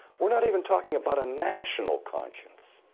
we're not even talking about a national conscience.